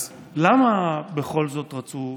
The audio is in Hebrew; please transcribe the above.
אז למה בכל זאת רצו?